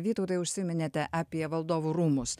vytautai užsiminėte apie valdovų rūmus